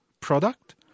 product